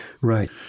Right